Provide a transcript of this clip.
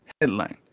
headline